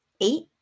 Eight